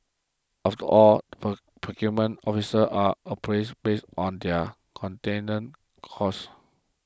after all procurement officers are appraised based on their containing costs